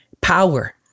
power